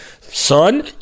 son